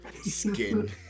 skin